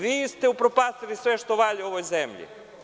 Vi ste upropastili sve što valja u ovoj zemlji.